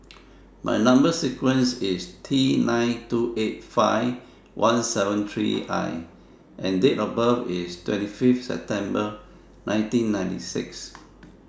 Number sequence IS T nine two eight five one seven three I and Date of birth IS twenty five September nineteen ninety six